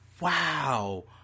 wow